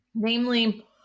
Namely